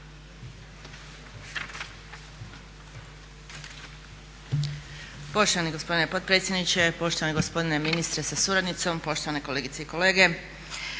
Poštovani gospodine potpredsjedniče, poštovani gospodine ministre sa suradnicom, poštovane kolegice i kolege.